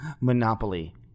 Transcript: Monopoly